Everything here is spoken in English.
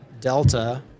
Delta